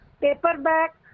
paperback